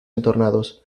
entornados